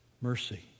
mercy